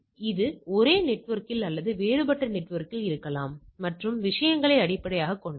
எனவே இது ஒரே நெட்வொர்க்கில் அல்லது வேறுபட்ட நெட்வொர்க்கில் இருக்கலாம் மற்றும் விஷயங்களை அடிப்படையாகக் கொண்டது